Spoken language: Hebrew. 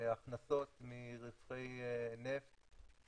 הכנסות מרווחי נפט